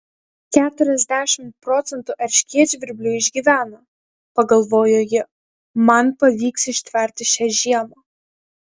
keturiasdešimt procentų erškėtžvirblių išgyvena pagalvojo ji man pavyks ištverti šią žiemą